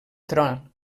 tron